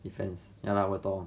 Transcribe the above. defence ya lah 我懂